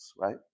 right